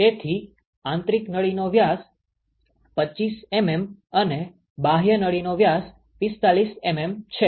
તેથી આંતરિક નળીનો વ્યાસ 25મીમી અને બાહ્ય નળીનો વ્યાસ 45મીમી છે